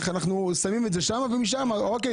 אנחנו שמים את זה שם ומשם --- אוקיי,